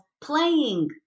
Playing